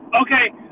Okay